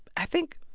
i think,